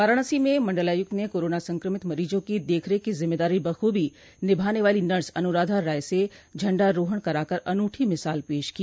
वाराणसी में मंडलायुक्त ने कोरोना संक्रमित मरीजों की देखरेख की जिम्मेदारी बखूबी निभाने वाली नर्स अनुराधा राय से झंडारोहण कराकर अन्रठी मिसाल पेश की